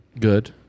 good